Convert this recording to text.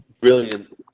brilliant